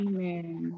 Amen